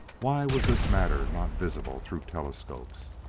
why was this matter not visible through telescopes?